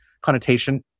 connotation